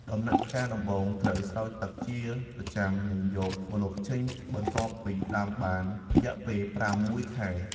ដំណាក់កាលដំបូងត្រូវស្រោចទឹកជាប្រចាំនិងយកម្លប់ចេញបន្ទាប់ពីដាំបានរយៈពេលប្រាំមួយខែ។